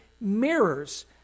mirrors